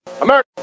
America